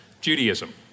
Judaism